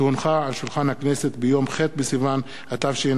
שהונחה על שולחן הכנסת ביום ח' בסיוון התשע"ב,